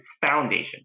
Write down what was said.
foundation